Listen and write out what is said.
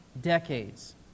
decades